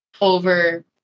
over